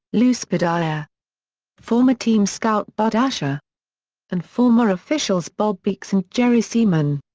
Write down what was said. lou spadia former team scout bud asher and former officials bob beeks and jerry seeman.